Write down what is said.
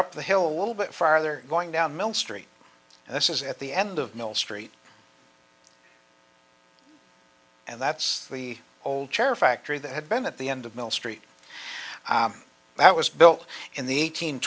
up the hill little bit farther going down mill street and this is at the end of mill street and that's the old chair factory that had been at the end of mill street that was built in the eighteen